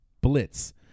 Blitz